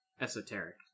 esoteric